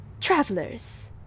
Travelers